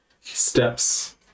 steps